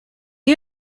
you